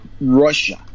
Russia